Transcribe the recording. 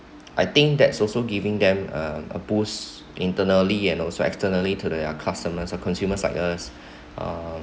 I think that's also giving them um a boost internally and also externally to their customers consumers like us um